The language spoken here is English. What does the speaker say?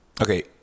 Okay